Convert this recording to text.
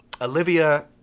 Olivia